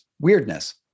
weirdness